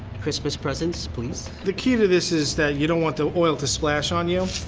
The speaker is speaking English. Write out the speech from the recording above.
christmas presents, please. the key to this is that you don't want the oil to splash on you.